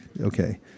Okay